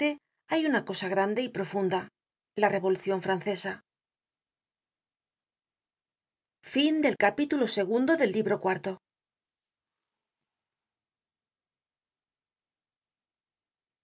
hay una cosa grande y profunda la revolucion francesa